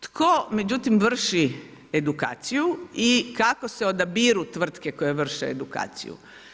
Tko međutim, vrši edukaciju i kako se odabiru tvrtke koje vrše edukaciju?